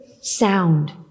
sound